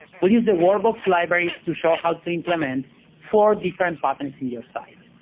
we'll use the workbox libraries to show how to implement four different patterns in your site.